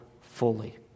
fully